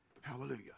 Hallelujah